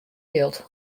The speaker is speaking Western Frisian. jild